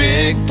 Big